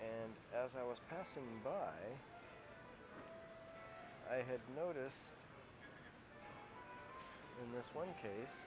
and as i was passing by i had noticed in this